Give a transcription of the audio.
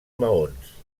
maons